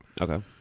Okay